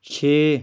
छे